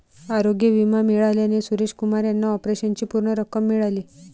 आरोग्य विमा मिळाल्याने सुरेश कुमार यांना ऑपरेशनची पूर्ण रक्कम मिळाली